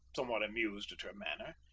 somewhat amused at her manner,